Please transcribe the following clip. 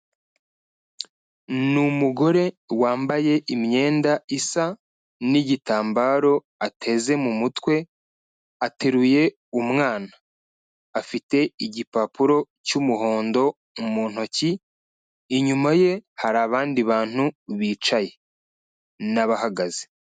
Ni umugore wambaye imyenda isa n'igitambaro ateze mu mutwe, ateruye umwana, afite igipapuro cy'umuhondo mu ntoki, inyuma ye hari abandi bantu bicaye n'abahagaze.